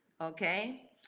okay